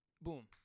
boom